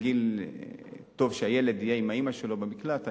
גיל טוב שהילד יהיה עם האמא שלו במקלט.